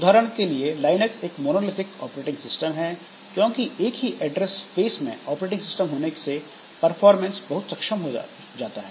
उदाहरण के लिए लाइनक्स एक मोनोलिथिक ऑपरेटिंग सिस्टम है क्योंकि एक ही एड्रेस स्पेस में ऑपरेटिंग सिस्टम के होने से परफॉर्मेंस बहुत सक्षम हो जाता है